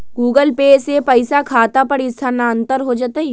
Google Pay से पईसा खाता पर स्थानानंतर हो जतई?